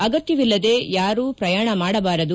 ಅಗತ್ತವಿಲ್ಲದೆ ಯಾರೂ ಪ್ರಯಾಣ ಮಾಡಬಾರದು